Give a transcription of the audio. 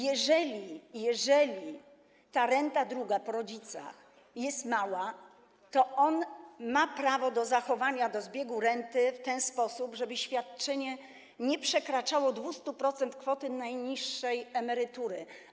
Jeżeli ta druga renta po rodzicach jest mała, to on ma prawo do zachowania, do zbiegu renty w ten sposób, żeby świadczenie nie przekraczało 200% kwoty najniższej emerytury.